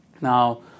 Now